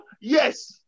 yes